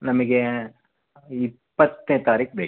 ನಮಗೆ ಇಪ್ಪತ್ತನೇ ತಾರೀಕು ಬೇಕು